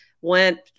went